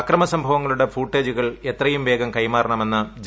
അക്രമ സംഭവങ്ങളുടെ ഫൂട്ടേജുകൾ എത്രയും വേഗം കൈമാറണമെന്ന് ജ്